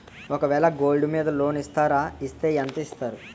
ఒక వేల గోల్డ్ మీద లోన్ ఇస్తారా? ఇస్తే ఎంత ఇస్తారు?